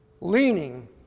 leaning